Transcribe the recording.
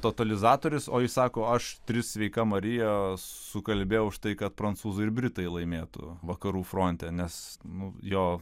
totalizatorius o jis sako aš tris sveika marija sukalbėjau už tai kad prancūzai ir britai laimėtų vakarų fronte nes nu jo